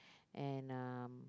and um